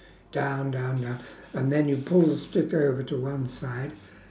down down down and then you pull the stick over to one side